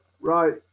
right